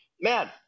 man